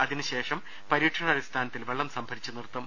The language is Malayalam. അതിനുശേഷം പരീക്ഷണാടി സ്ഥാനത്തിൽ വെള്ളം സംഭരിച്ച് നിർത്തും